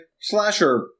slasher